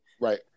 right